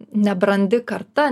nebrandi karta